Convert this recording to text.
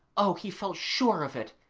oh! he felt sure of it,